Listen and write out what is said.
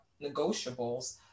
negotiables